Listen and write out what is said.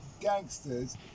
gangsters